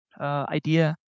idea